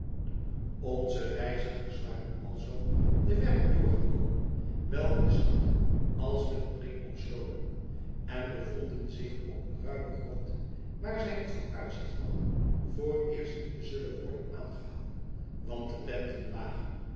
onze reizigers waren alzoo de werken doorgekomen welke de stad als met een ring omsloten en bevonden zich op een ruimen grond waar zij het vooruitzicht hadden vooreerst niet te zullen worden aangehouden want de tenten lagen